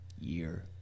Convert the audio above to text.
year